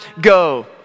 go